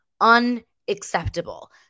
Unacceptable